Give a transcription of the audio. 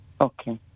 Okay